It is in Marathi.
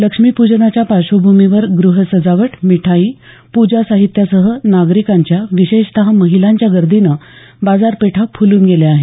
लक्ष्मीपूजनाच्या पार्श्वभूमीवर गृहसजावट मिठाई पूजासाहित्यासह नागरिकांच्या विशेषत महिलांच्या गर्दीने बाजारपेठा फुलून गेल्या आहेत